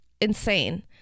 insane